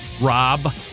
Rob